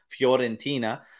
Fiorentina